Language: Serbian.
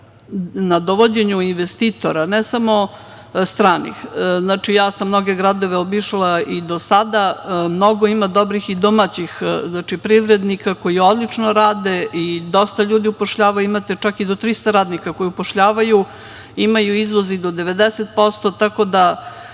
na dovođenju investitora, ne samo stranih. Ja sam mnoge gradove obišla do sada i ima mnogo dobrih i domaćih privrednika koji odlično rade i dosta ljudi upošljavaju, imate čak i do 300 radnika, koji upošljavaju, imaju izvoz i do 90%, tako da